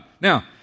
Now